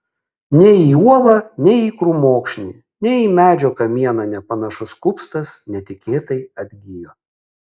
nei į uolą nei į krūmokšnį nei į medžio kamieną nepanašus kupstas netikėtai atgijo